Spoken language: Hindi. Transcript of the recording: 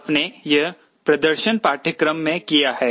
आपने यह प्रदर्शन पाठ्यक्रम में किया है